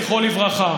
זכרו לברכה.